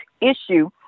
issue